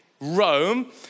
Rome